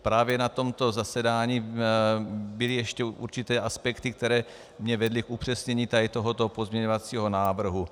Právě na tomto zasedání byly ještě určité aspekty, které mě vedly k upřesnění tohoto pozměňovacího návrhu.